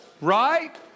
Right